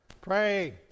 Pray